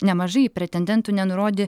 nemažai pretendentų nenurodė